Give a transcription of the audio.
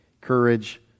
Courage